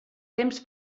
temps